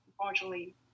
unfortunately